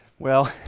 well,